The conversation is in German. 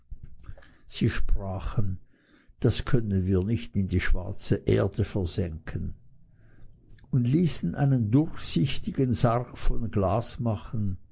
sie sprachen das können wir nicht in die schwarze erde versenken und ließen einen durchsichtigen sarg von glas machen